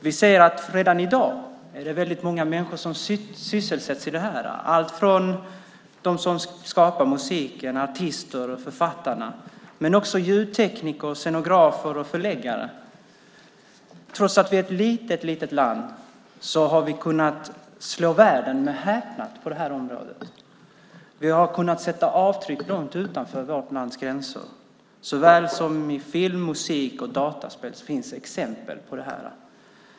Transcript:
Vi ser att det redan i dag är väldigt många människor som sysselsätts i det här - allt från musikskapare, artister och författare till ljudtekniker, scenografer och förläggare. Trots att vi är ett litet land har vi kunnat slå världen med häpnad på det här området och sätta avtryck långt utanför vårt lands gränser. Inom såväl film, musik och dataspel finns exempel på detta.